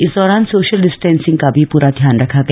इस दौरान social distancing का भी पूरा ध्यान रखा गया